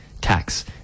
tax